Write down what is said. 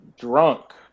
drunk